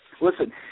Listen